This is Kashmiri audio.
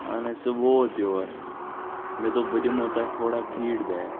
اہن حظ سُہ ووت یور مےٚ دوٛپ بہٕ دِمو تۄہہِ تھوڑا فیڑ بیک